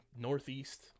Northeast